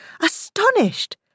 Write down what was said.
astonished